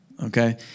okay